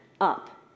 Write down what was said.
up